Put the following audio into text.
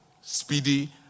speedy